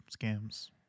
scams